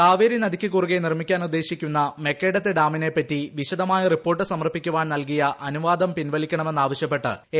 കാവേരി നദിക്ക് കുറുകെ നിർമ്മിക്കാനുദ്ദേശിക്കുന്ന മെക്കേഡത്തു ഡാമിനെപ്പറ്റി വിശദമായ റിപ്പോർട്ട് സമർപ്പിക്കാൻ നൽകിയ അനുവാദം പിൻവലിക്കണമെന്ന് ആവശ്യപ്പെട്ട് എ